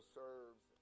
serves